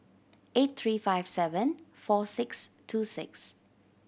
eight three five seven four six two six